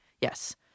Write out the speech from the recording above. yes